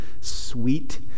sweet